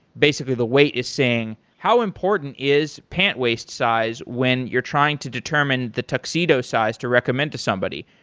basically, the weight is saying, how important is pant waist size when you're trying to determine the tuxedo size to recommend to somebody?